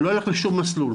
הוא לא יילך לשום מסלול,